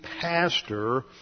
pastor